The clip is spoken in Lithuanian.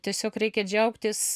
tiesiog reikia džiaugtis